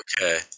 Okay